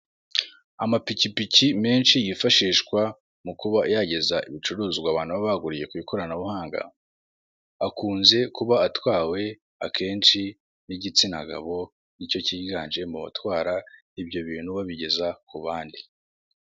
Amapikipiki menshi yifashishwa mu kuba yageza ibicuruwa abantu baba baguriye ku ikoranabuhanga, akunze kuba atwawe akenshi n'igitsina gabo, ni cyo cyiganje mu batwara ibyo bintu, babigeza ku bandi.